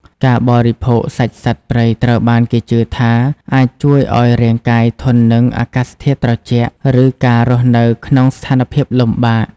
ការបរិភោគសាច់សត្វព្រៃត្រូវបានគេជឿថាអាចជួយឱ្យរាងកាយធន់នឹងអាកាសធាតុត្រជាក់ ឬការរស់នៅក្នុងស្ថានភាពលំបាក។